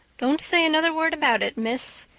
don't say another word about it, miss.